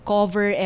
cover